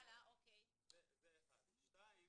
שתיים,